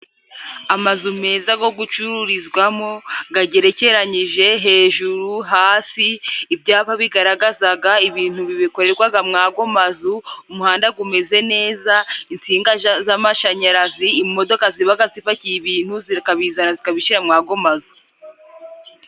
Amazu meza go gucururizwamo gagerekeranyije, hejuru hasi ibyaba bigaragazaga ibintu bikorerwaga mwa go mazu umuhanda gumeze neza, insinga z'amashanyarazi imodoka zibaga zipakiye ibintu, zikabizana zikabishyira mwago mazu.